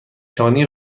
شانه